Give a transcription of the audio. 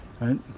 right